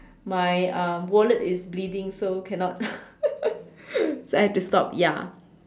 my um wallet is bleeding so cannot I had to stop ya